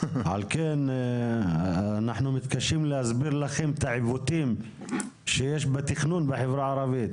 על כן אנחנו מתקשים להסביר לכם את העיוותים שיש בתכנון בחברה הערבית.